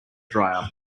dryer